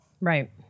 Right